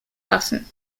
waffen